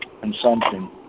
consumption